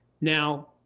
Now